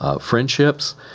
friendships